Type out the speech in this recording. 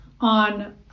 on